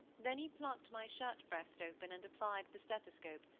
then he plucked my shirt-breast open and applied the stethoscope,